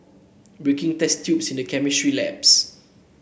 breaking test tubes in the chemistry labs